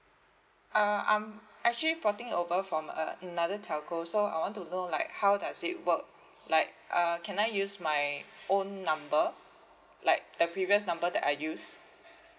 uh I'm actually porting over from uh another telco so I want to know like how does it work like uh can I use my own number like the previous number that I use